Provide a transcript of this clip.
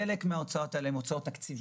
חלק מההוצאות האלה הן הוצאות תקציביות,